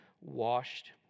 washed